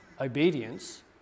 obedience